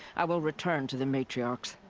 i will return to the matriarchs.